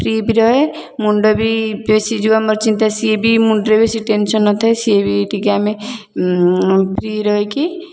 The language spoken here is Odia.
ଫ୍ରି ବି ରହେ ମୁଣ୍ଡବି ବେଶି ଯେଉଁ ଆମର ଚିନ୍ତା ସିଏ ବି ମୁଣ୍ଡରେ ବି ସେ ଟେନସନ ନଥାଏ ସିଏ ବି ଟିକେ ଆମେ ଫ୍ରି ରହିକି